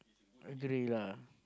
agree lah